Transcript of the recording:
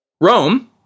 Rome